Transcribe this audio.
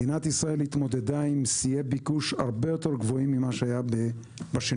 מדינת ישראל התמודדה עם שיאי ביקוש הרבה יותר גבוהים ממה שהיה ב-2.6.